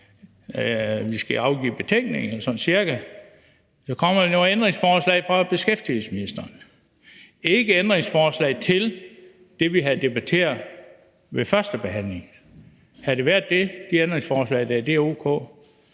vi skal afgive betænkning – eller sådan cirka – at der kommer nogle ændringsforslag fra beskæftigelsesministeren. Det er ikke ændringsforslag til det, vi har debatteret ved førstebehandlingen. Havde ændringsforslagene være det,